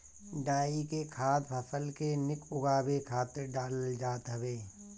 डाई के खाद फसल के निक उगावे खातिर डालल जात हवे